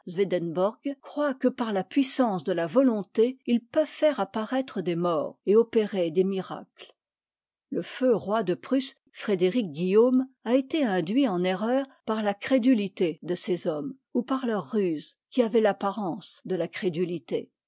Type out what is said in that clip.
croient que par la puissance de la volonté ils peuvent faire apparaître des morts et opérer des miracles le feu roi de prusse frédéric guillaume a été induit en erreur par la crédulité de ces hommes ou par leurs ruses qui avaient l'apparence de la crédulité